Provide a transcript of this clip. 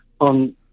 on